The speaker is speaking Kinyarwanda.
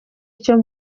icyo